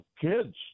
kids